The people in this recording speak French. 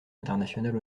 international